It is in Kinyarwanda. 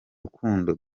rukundo